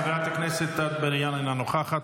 חברת הכנסת אטבריאן, אינה נוכחת.